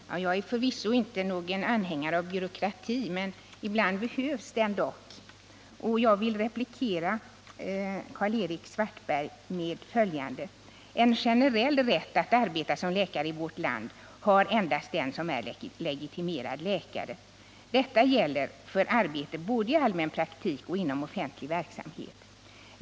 Herr talman! Jag är förvisso inte någon anhängare av byråkrati, men ibland behövs den. Jag vill replikera på Karl-Erik Svartbergs anförande på följande sätt. En generell rätt att arbeta som läkare i vårt land har endast den som är legitimerad läkare. Detta gäller för arbete både i allmänpraktik och inom offentlig verksamhet.